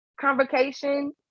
convocation